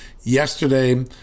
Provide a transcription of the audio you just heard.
yesterday